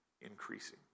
increasing